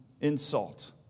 insult